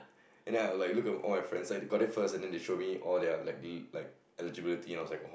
and I was like look at all my friends I got that first and then they showed me all their like like eligibility and I was like